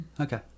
Okay